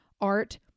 art